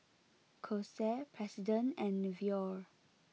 Kose President and Nivea